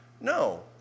No